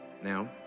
Now